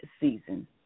season